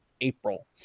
April